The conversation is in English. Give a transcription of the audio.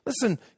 Listen